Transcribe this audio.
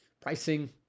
Pricing